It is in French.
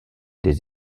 des